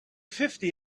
fifty